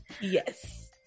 Yes